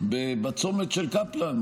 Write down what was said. בצומת קפלן.